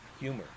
Humor